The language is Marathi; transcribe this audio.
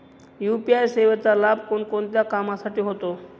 यू.पी.आय सेवेचा लाभ कोणकोणत्या कामासाठी होतो?